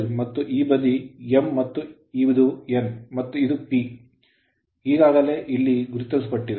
ಇದು side l ಮತ್ತು ಈ ಬದಿ m ಮತ್ತು ಇದು n ಮತ್ತು ಇದು p ಈಗಾಗಲೇ ಇಲ್ಲಿ ಗುರುತಿಸಲ್ಪಟ್ಟಿದೆ